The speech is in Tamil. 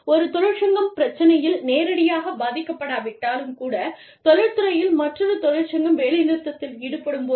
ஒரு தொழிற்சங்கம் பிரச்சினையில் நேரடியாக பாதிக்கப்படாவிட்டாலும் கூட தொழில்துறையில் மற்றொரு தொழிற்சங்கம் வேலைநிறுத்தத்தில் ஈடுபடும்போது